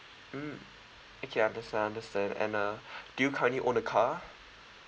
mm okay understand understand and uh do you currently own a car